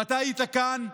ואתה היית כאן,